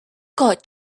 got